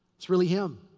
it's really him.